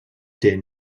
der